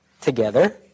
together